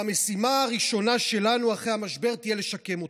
והמשימה הראשונה שלנו אחרי המשבר תהיה לשקם אותה.